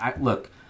Look